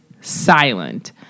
silent